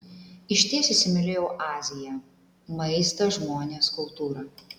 išties įsimylėjau aziją maistą žmones kultūrą